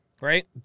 Right